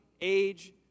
age